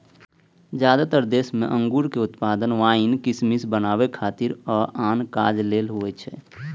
जादेतर देश मे अंगूरक उत्पादन वाइन, किशमिश बनबै खातिर आ आन काज लेल होइ छै